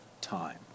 time